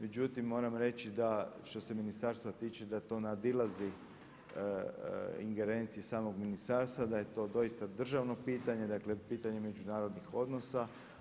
Međutim, moram reći da što se ministarstva tiče da to nadilazi ingerencije samog ministarstva, da je to doista državno pitanje, dakle pitanje međunarodnih odnosa.